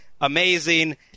amazing